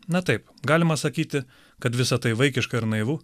na taip galima sakyti kad visa tai vaikiška ir naivu